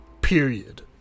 Period